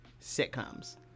sitcoms